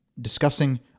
discussing